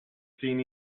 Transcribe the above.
seen